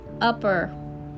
Upper